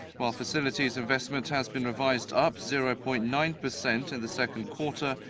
while facilities investment has been revised up zero-point-nine percent in the second quarter,